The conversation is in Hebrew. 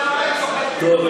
טוב,